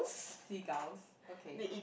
seagulls okay